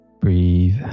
Breathe